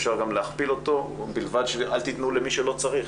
אפשר גם להכפיל אותו ובלבד שאל תיתנו למי שלא צריך.